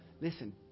listen